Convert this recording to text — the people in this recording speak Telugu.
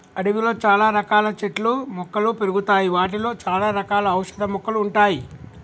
అడవిలో చాల రకాల చెట్లు మొక్కలు పెరుగుతాయి వాటిలో చాల రకాల ఔషధ మొక్కలు ఉంటాయి